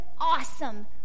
awesome